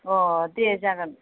अह दे जागोन